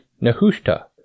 Nehushta